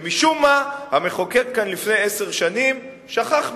שמשום מה המחוקק כאן לפני עשר שנים שכח מהם.